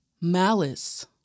malice